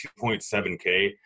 2.7K